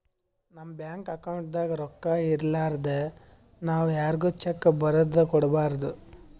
ನಮ್ ಬ್ಯಾಂಕ್ ಅಕೌಂಟ್ದಾಗ್ ರೊಕ್ಕಾ ಇರಲಾರ್ದೆ ನಾವ್ ಯಾರ್ಗು ಚೆಕ್ಕ್ ಬರದ್ ಕೊಡ್ಬಾರ್ದು